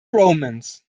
romance